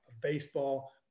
baseball